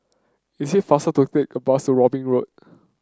it is faster to take the bus Robin Road